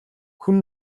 хүн